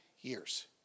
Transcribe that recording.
years